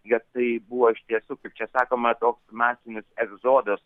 nes tai buvo iš tiesų kaip čia sakoma toks masinis egzodas